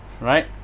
right